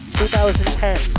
2010